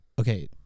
Okay